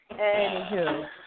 Anywho